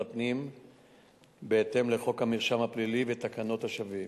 הפנים בהתאם לחוק המרשם הפלילי ותקנת השבים.